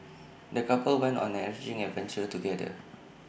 the couple went on an enriching adventure together